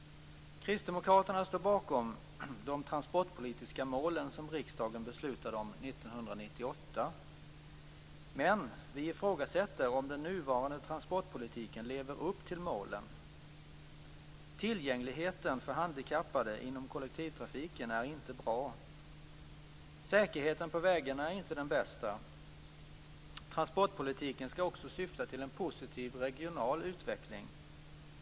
Kristdemokraterna står bakom de transportpolitiska målen som riksdagen beslutade om 1998. Men vi ifrågasätter om den nuvarande transportpolitiken lever upp till målen. - Säkerheten på vägarna är inte den bästa. - Transportpolitiken skall också syfta till en positiv regional utveckling.